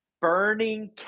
burning